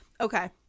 okay